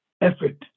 effort